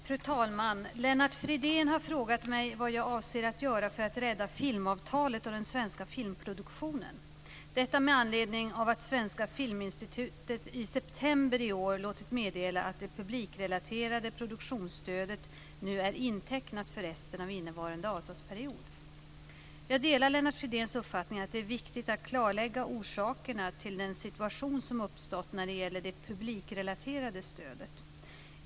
Fru talman! Lennart Fridén har frågat mig vad jag avser att göra för att rädda filmavtalet och den svenska filmproduktionen - detta med anledning av att Svenska Filminstitutet i september i år låtit meddela att det publikrelaterade produktionsstödet nu är intecknat för resten av innevarande avtalsperiod. Jag delar Lennart Fridéns uppfattning att det är viktigt att klarlägga orsakerna till den situation som uppstått när det gäller det publikrelaterade stödet.